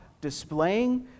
displaying